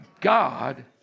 God